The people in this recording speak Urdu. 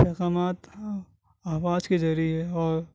پیغامات آواز کے ذریعے اور